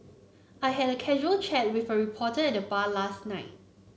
I had a casual chat with a reporter at the bar last night